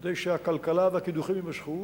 כדי שהכלכלה והקידוחים יימשכו,